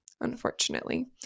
unfortunately